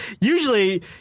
usually